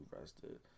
rested